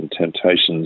temptations